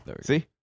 See